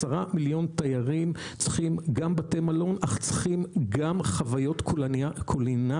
10 מיליון תיירים צריכים גם בתי מלון אך צריכים גם חוויות קולינריות,